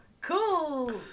cool